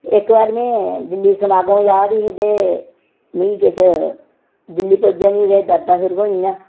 इक बारी में दिल्ली समागम जा दी ही ते मिगी किश दिल्ली पुज्जे मिगी किश दर्दां शुरू होई गेइयां